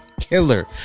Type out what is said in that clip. Killer